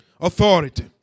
Authority